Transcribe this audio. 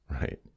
Right